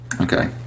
Okay